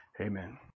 Amen